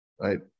right